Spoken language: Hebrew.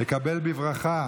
לקבל בברכה